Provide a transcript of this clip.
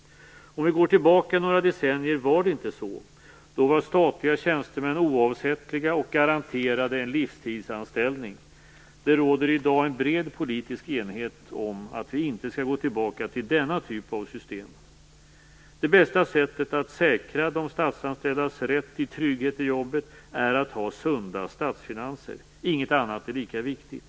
Om vi går tillbaka några decennier var det inte så. Då var statliga tjänstemän oavsättliga och garanterade en livstidsanställning. Det råder i dag en bred politisk enighet om att vi inte skall gå tillbaka till denna typ av system. Det bästa sättet att säkra de statsanställdas rätt till trygghet i jobbet är att ha sunda statsfinanser. Inget annat är lika viktigt.